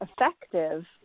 effective